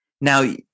now